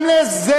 גם לזה